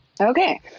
Okay